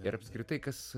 ir apskritai kas